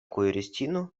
kuiristino